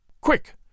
Quick